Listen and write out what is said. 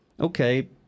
okay